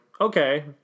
okay